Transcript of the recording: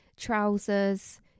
Trousers